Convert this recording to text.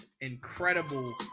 incredible